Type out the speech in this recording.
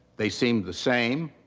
they seemed the same.